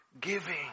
giving